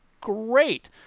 great